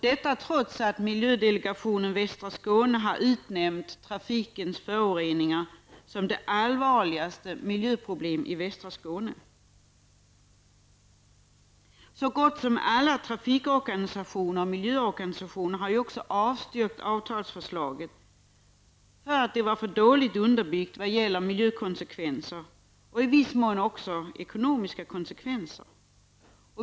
Detta trots att Miljödelegationen Västra Skåne har utnämnt trafikens föroreningar till det allvarligaste miljöproblemet i västra Skåne. Så gott som alla trafikorganisationer och miljöorganisationer har också avstyrkt avtalsförslaget, på grund av att det var för dåligt underbyggt vad gäller miljökonsekvenser och i viss mån även vad gäller ekonomiska konsekvenser.